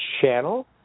channel